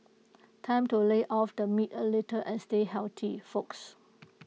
time to lay off the meat A little and stay healthy folks